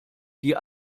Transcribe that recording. die